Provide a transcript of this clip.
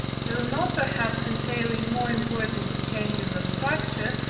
though not perhaps entailing more important changes of structure,